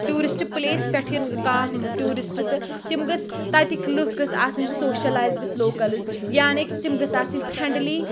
tourist place پٮ۪ٹھِ یِن کانٛہہ ٹیورِسٹ تہٕ تِم گٔژھ تَتِکۍ لُکھ گٔژھ آسٕنۍ سوشَلایز وِد لوکَلز یعنی کہِ تِم گٔژھ آسٕنۍ فرنڈلیٖ